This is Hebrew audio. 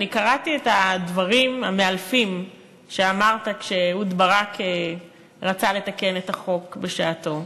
אני קראתי את הדברים המאלפים שאמרת כשאהוד ברק רצה לתקן את החוק בשעתו,